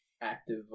active